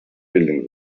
building